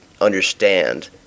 understand